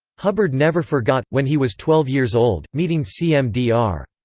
hubbard never forgot, when he was twelve years old, meeting cmdr.